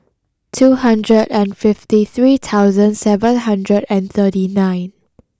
two hundred and fifty three thousand seven hundred and thirty nine